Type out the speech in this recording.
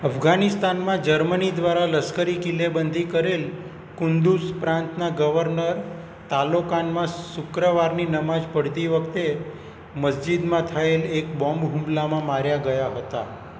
અફઘાનિસ્તાનમાં જર્મની દ્વારા લશ્કરી કિલ્લેબંધી કરેલ કુન્દુઝ પ્રાંતના ગવર્નર તાલોકાનમાં શુક્રવારની નમાઝ પઢતી વખતે મસ્જિદમાં થયેલ એક બોમ્બ હુમલામાં માર્યા ગયા હતા